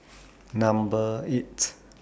Number eight